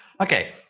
Okay